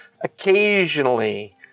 Occasionally